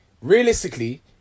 realistically